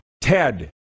Ted